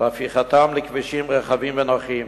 והפיכתם לכבישים רחבים ונוחים.